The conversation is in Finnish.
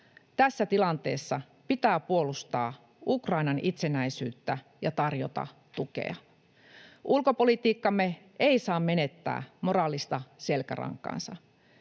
Tässä tilanteessa pitää puolustaa Ukrainan itsenäisyyttä ja tarjota tukea. Ulkopolitiikkamme ei saa menettää moraalista selkärankaansa.